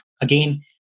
again